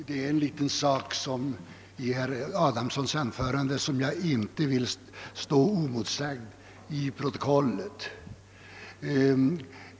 Herr talman! Det fanns en detalj i herr Adamssons anförande som jag inte vill skall stå oemotsagd i protokoliet.